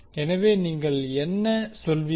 எனவே நீங்கள் என்ன சொல்வீர்கள்